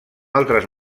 altres